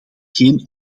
geen